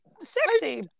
sexy